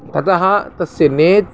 ततः तस्य नेत्रम्